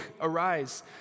arise